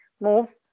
move